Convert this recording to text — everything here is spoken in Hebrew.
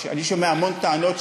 אני שומע המון טענות,